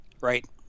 Right